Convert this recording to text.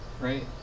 right